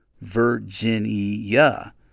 Virginia